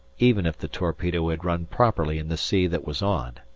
even if the torpedo had run properly in the sea that was on.